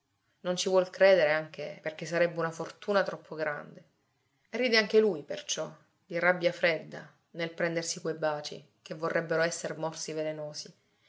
non ci vuol credere anche perché sarebbe una fortuna troppo grande ride anche lui perciò di rabbia fredda nel prendersi quei baci che vorrebbero esser morsi velenosi